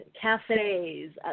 cafes